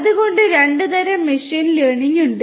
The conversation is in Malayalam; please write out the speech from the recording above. അതിനാൽ രണ്ട് തരം മെഷീൻ ലേണിംഗ് ഉണ്ട്